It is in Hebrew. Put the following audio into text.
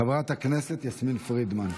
חברת הכנסת יסמין פרידמן,